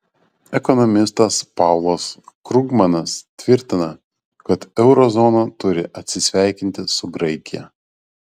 ekonomistas paulas krugmanas tvirtina kad euro zona turi atsisveikinti su graikija